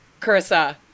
Carissa